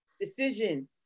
decision